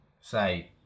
say